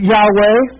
Yahweh